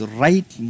right